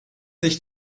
ich